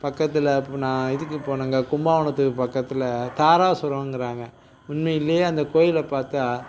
பக்கத்தில் இப்போ நான் இதுக்கு போனோங்க கும்பகோணத்துக்கு பக்கத்தில் தாராசுரோங்கறாங்க உண்மையிலேயே அந்தக் கோயிலை பார்த்தா